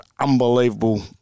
unbelievable